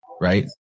right